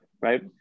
right